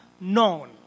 known